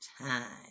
time